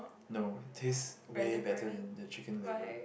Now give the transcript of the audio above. no this way better than the chicken liver